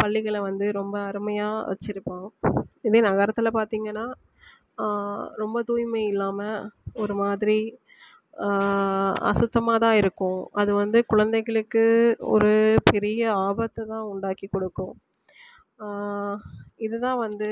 பள்ளிகளை வந்து ரொம்ப அருமையாக வெச்சுருப்போம் இதே நகரத்தில் பார்த்தீங்கன்னா ரொம்ப தூய்மை இல்லாமல் ஒரு மாதிரி அசுத்தமாக தான் இருக்கும் அது வந்து குழந்தைகளுக்கு ஒரு பெரிய ஆபத்து தான் உண்டாக்கி கொடுக்கும் இது தான் வந்து